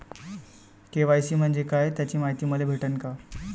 KYC म्हंजे काय त्याची मायती मले भेटन का?